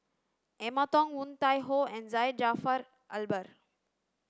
Emma Yong Woon Tai Ho and Syed Jaafar Albar